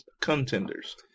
contenders